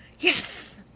yes,